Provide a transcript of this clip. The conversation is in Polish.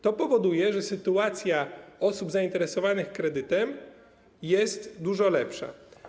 To powoduje, że sytuacja osób zainteresowanych kredytem jest dużo lepsza.